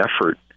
effort